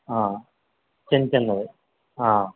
చిన్న చిన్నవి